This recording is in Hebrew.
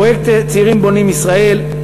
פרויקט "צעירים בונים ישראל".